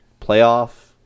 playoff